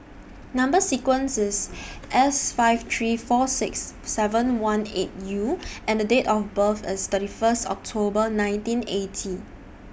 Number sequence IS S five three four six seven one eight U and Date of birth IS thirty First October nineteen eighty